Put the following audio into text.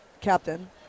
captain